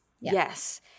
Yes